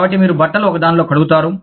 కాబట్టి మీరు బట్టలు ఒకదానిలో కడుగుతారు